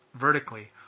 vertically